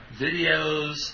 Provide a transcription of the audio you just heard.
videos